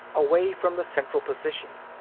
away from the central position.